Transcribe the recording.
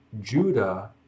Judah